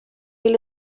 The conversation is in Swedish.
vill